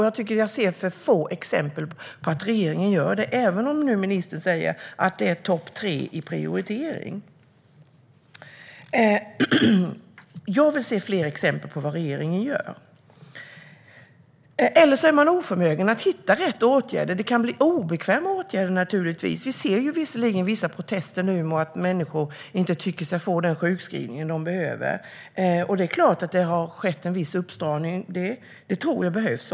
Jag tycker att jag ser för få exempel på att regeringen gör det, även om nu ministern säger att det är topp 3 i prioritering. Jag vill se fler exempel på vad regeringen gör. Eller man kanske är oförmögen att hitta rätt åtgärder? Det kan naturligtvis bli obekväma åtgärder. Vi ser visserligen vissa protester nu där människor inte tycker sig få den sjukskrivning de behöver. Det är klart att det har skett en viss uppstramning, och det tror jag behövs.